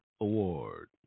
Award